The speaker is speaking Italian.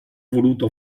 voluto